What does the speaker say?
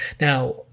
Now